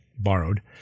Borrowed